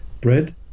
bread